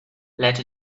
let